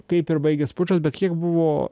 kaip ir baigės pučas bet kiek buvo